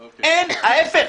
ההיפך.